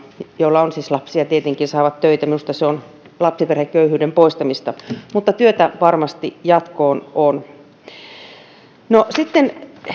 joilla on siis tietenkin lapsia saavat töitä minusta se on lapsiperheköyhyyden poistamista mutta työtä varmasti jatkoon on sitten